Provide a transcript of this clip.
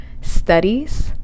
studies